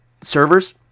Servers